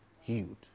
healed